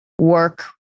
work